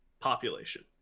population